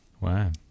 Wow